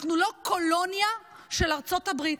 אנחנו לא קולוניה של ארצות הברית.